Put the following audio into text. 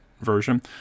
version